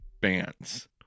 bands